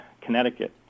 Connecticut